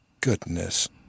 Goodness